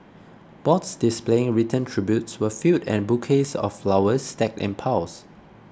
boards displaying written tributes were filled and bouquets of flowers stacked in piles